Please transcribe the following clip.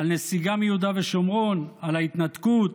על נסיגה מיהודה ושומרון, על ההתנתקות,